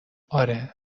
آره